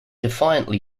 defiantly